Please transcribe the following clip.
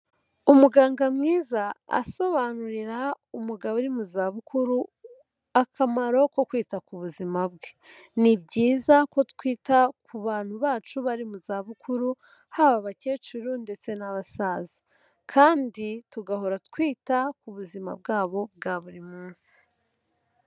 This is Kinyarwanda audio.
Umuganga mwiza asobanurira umugabo uri mu za bukuru akamaro ko kwita ku buzima bwe, ni byiza ko twita ku bantu bacu bari mu za bukuru, haba abakecuru ndetse n'abasaza, kandi tugahora twita ku buzima bwabo bwa buri munsi.